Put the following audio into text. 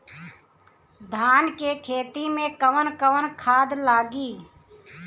धान के खेती में कवन कवन खाद लागी?